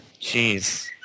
Jeez